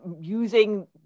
using